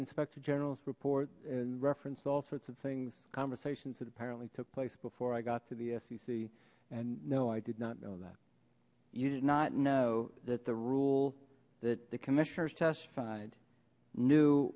inspector general's report and referenced all sorts of things conversations that apparently took place before i got to the sec and no i did not know that you did not know that the rule that the commissioners testified knew